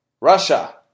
Russia